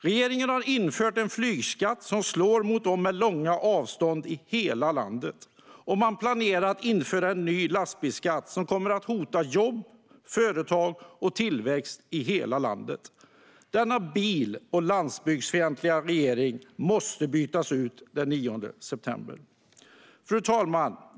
Regeringen har infört en flygskatt som slår mot dem med långa avstånd i hela landet, och man planerar att införa en ny lastbilsskatt som kommer att hota jobb, företag och tillväxt i hela landet. Denna bil och landsbygdsfientliga regering måste bytas ut den 9 september. Fru talman!